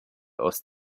ost